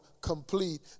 complete